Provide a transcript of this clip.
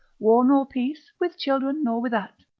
war nor peace, with children, nor without.